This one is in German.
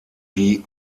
die